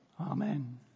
Amen